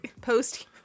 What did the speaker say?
Post